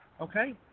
Okay